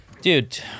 Dude